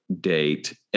date